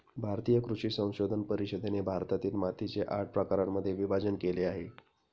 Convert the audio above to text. भारतीय कृषी संशोधन परिषदेने भारतातील मातीचे आठ प्रकारांमध्ये विभाजण केले आहे